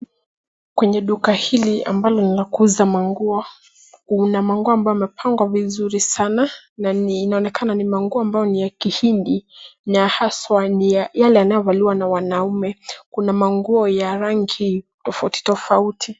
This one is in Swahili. Kwenye duka hili ambalo ni la kuuza manguo kuna manguo ambayo yamepangwa vizuri sana na inaonekana ni manguo ambayo ni ya kihindi na haswa ni yale yanayovaliwa na wanaume. Kuna manguo ya rangi tofauti tofauti.